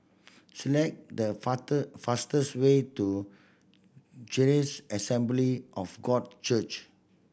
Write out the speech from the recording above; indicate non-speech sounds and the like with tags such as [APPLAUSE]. select the [UNINTELLIGIBLE] fastest way to Charis Assembly of God Church